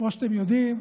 כמו שאתם יודעים,